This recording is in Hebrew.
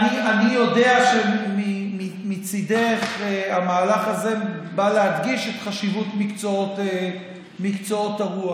אני יודע שמצידך המהלך הזה בא להדגיש את חשיבות מקצועות הרוח.